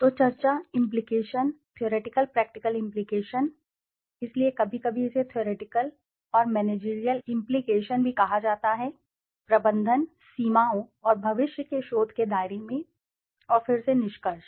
तो चर्चा implication theoretical practical implication इसलिए कभी कभी इसे थ्योरेटिकल और मैनेजरियल इम्प्लीकेशन भी कहा जाता है प्रबंधन सीमाओं और भविष्य के शोध के दायरे में और फिर से निष्कर्ष